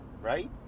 Right